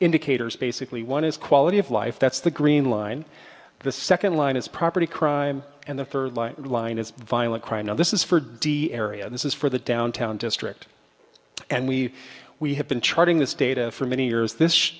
indicators basically one is quality of life that's the green line the second line is property crime and the third line is violent crime now this is for d c area this is for the downtown district and we we have been charting this data for many years this